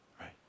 Right